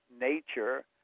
nature